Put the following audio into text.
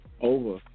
Over